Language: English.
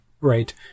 right